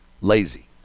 Lazy